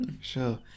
Sure